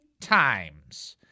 times